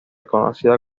conocida